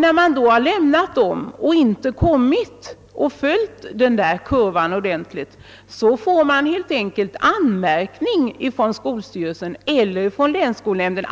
Om dessa inte följer kurvan ordentligt, kommer det en anmärkning från skolstyrelsen eller från länsskolnämnden.